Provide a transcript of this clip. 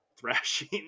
thrashing